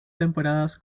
temporadas